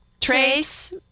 Trace